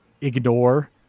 ignore